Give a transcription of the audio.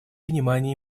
внимания